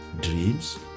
dreams